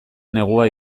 negua